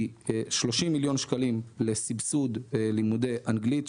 היא 30 מיליון שקלים לסבסוד לימודי אנגלית,